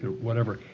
whatever.